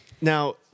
Now